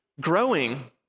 growing